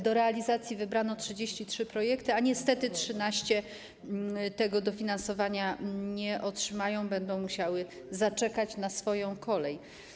Do realizacji wybrano 33 projekty, a niestety 13 projektów tego dofinansowania nie otrzyma, będą musiały zaczekać na swoją kolej.